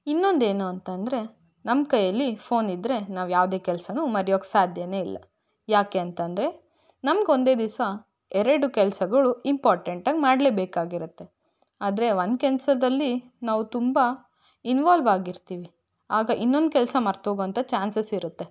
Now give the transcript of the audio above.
ಇನ್ನೊಂದೇನು ಅಂತಂದರೆ ನಮ್ಮ ಕೈಯಲ್ಲಿ ಫೋನಿದ್ದರೆ ನಾವು ಯಾವುದೇ ಕೆಲಸನೂ ಮರ್ಯೋಕ್ಕೆ ಸಾಧ್ಯನೇ ಇಲ್ಲ ಯಾಕೆಂತಂದರೆ ನಮಗೊಂದೇ ದಿವಸ ಎರಡು ಕೆಲಸಗಳು ಇಂಪಾರ್ಟೆಂಟಾಗಿ ಮಾಡಲೇಬೇಕಾಗಿರುತ್ತೆ ಆದರೆ ಒಂದು ಕೆಲ್ಸದಲ್ಲಿ ನಾವು ತುಂಬ ಇನ್ವೊಲ್ವ್ ಆಗಿರ್ತೀವಿ ಆಗ ಇನ್ನೊಂದು ಕೆಲಸ ಮರ್ತೊಗಂತ ಚಾನ್ಸಸ್ ಇರತ್ತೆ